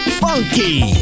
funky